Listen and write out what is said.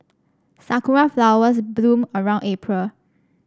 sakura flowers bloom around April